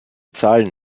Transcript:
zahlen